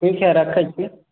ठीक है रखै छी